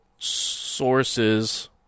sources